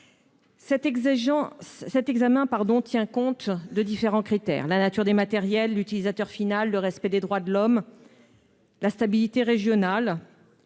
cet examen pardon tient compte de différents critères : la nature des matériels, l'utilisateur final, le respect des droits de l'homme, la stabilité régionale,